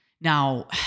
Now